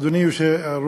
אדוני היושב-ראש,